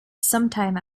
sometime